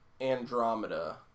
Andromeda